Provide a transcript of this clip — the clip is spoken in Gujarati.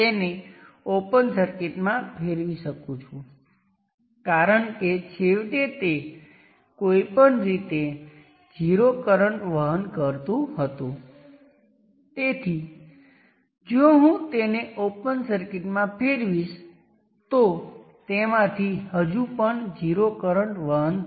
જો તમે વોલ્ટેજ અથવા કરંટ લાગુ કરો છો તો I ટેસ્ટ દ્વારા રેશિયો સાથે સુસંગત રહેવા માટે RN કહું છું તે Rth થેવેનિન રેઝિસ્ટન્સ બરાબર છે થેવેનિન રેઝિસ્ટન્સ અને નોર્ટન રેઝિસ્ટન્સ એક જ વસ્તુ છે